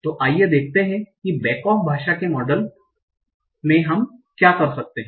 तो आइए देखते हैं कि बैक आफ भाषा के मॉडल क्या करेगा